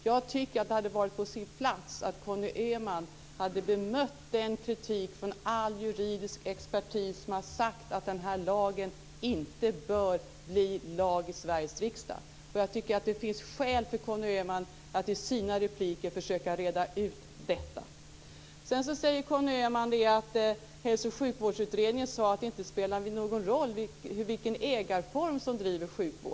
Jag tycker att det hade varit på sin plats för Conny Öhman att bemöta den kritik från all juridisk expertis som har sagt att det här lagförslaget inte bör bli lag i Sveriges riksdag. Jag tycker också att det finns skäl för Conny Öhman att i sina repliker försöka reda ut detta. Conny Öhman säger att Hälso och sjukvårdsutredningen sagt att det inte spelar någon roll i vilken ägarform sjukvården drivs.